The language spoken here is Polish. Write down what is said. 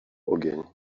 ogień